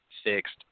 Fixed